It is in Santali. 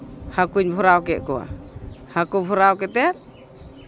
ᱦᱟᱹᱠᱩᱧ ᱵᱷᱚᱨᱟᱣ ᱠᱮᱜ ᱠᱚᱣᱟ ᱦᱟᱹᱠᱩ ᱵᱷᱚᱨᱟᱣ ᱠᱟᱛᱮᱫ